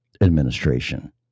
administration